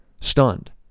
Stunned